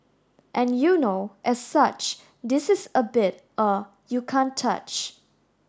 and you know as such this is a beat you can't touch